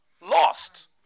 lost